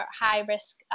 high-risk